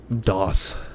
DOS